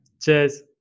Cheers